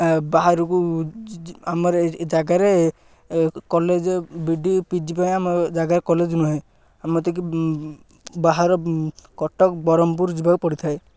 ବାହାରକୁ ଆମର ଏ ଜାଗାରେ କଲେଜ ବିଡ଼ି ପିଜି ପାଇଁ ଆମ ଜାଗାରେ କଲେଜ ନୁହେଁ ଏମତିକି ବାହାର କଟକ ବରହମ୍ପୁର୍ ଯିବାକୁ ପଡ଼ିଥାଏ